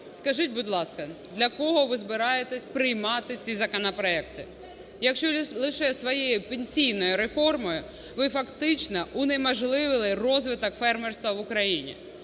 скажіть, будь ласка, для кого ви збираєтесь приймати ці законопроекти, якщо лише своєю пенсійною реформою ви фактично унеможливили розвиток фермерства в Україні,